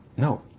No